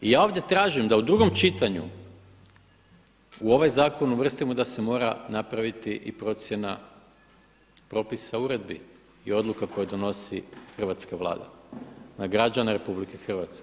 I ja ovdje tražim da u drugom čitanju u ovaj zakon uvrstimo da se mora napraviti i procjena propisa uredbi i odluka koje donosi hrvatska Vlada na građane RH.